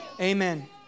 Amen